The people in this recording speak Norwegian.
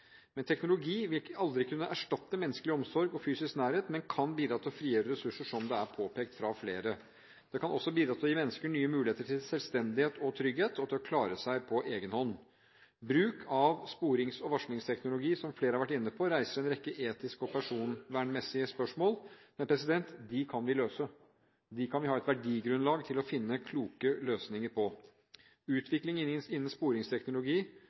men kan bidra til å frigjøre ressurser, som det er påpekt av flere. Det kan også bidra til å gi mennesker nye muligheter til selvstendighet og trygghet og til å klare seg på egen hånd. Bruk av sporings- og varslingsteknologi, som flere har vært inne på, reiser en rekke etiske og personvernmessige spørsmål. De kan vi løse. De kan vi ha et verdigrunnlag for, for å finne kloke løsninger. Utviklingen innen sporingsteknologi,